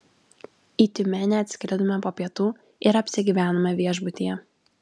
į tiumenę atskridome po pietų ir apsigyvenome viešbutyje